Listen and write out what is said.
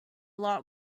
lot